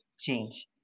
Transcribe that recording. change